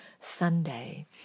Sunday